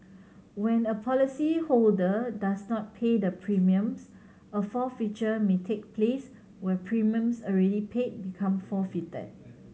when a policyholder does not pay the premiums a forfeiture may take place where premiums already paid become forfeited